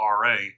RA